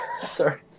Sorry